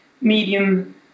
medium